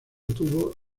tubo